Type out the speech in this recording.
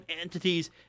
entities